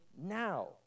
now